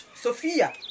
Sophia